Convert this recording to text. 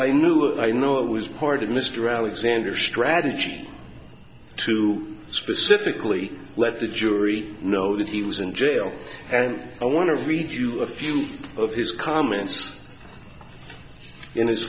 i knew and i know it was part of mr alexander strategy to specifically let the jury know that he was in jail and i want to read you a few of his comments in his